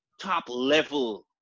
top-level